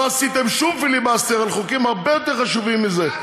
לא עשיתם שום פיליבסטר על חוקים הרבה יותר חשובים מזה.